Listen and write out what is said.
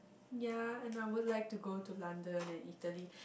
ya and I would like to go to London and Italy